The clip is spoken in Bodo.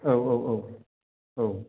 औ औ औ औ